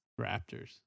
Raptors